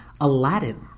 Aladdin